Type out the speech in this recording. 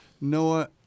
Noah